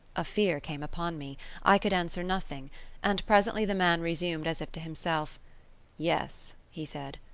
a fear came upon me i could answer nothing and presently the man resumed, as if to himself yes, he said,